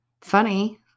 Funny